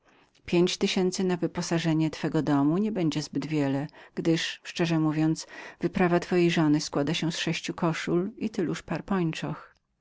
pięć tysięcy na uporządkowanie twego domu nie jest to zbyt wiele gdyż szczerze mówiąc wyprawa twojej żony składa się z sześciu koszul i tyluż